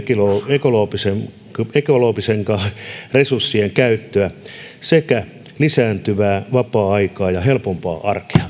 ekologisempaa ekologisempaa resurssien käyttöä sekä lisääntyvää vapaa aikaa ja helpompaa